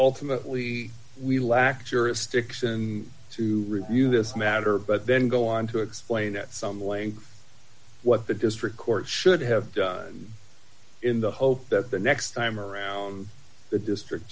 ultimately we lacked jurisdiction to review this matter but then go on to explain that some language what the district court should have done in the hope that the next time around the district